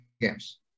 games